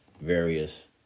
various